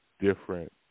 different